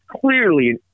clearly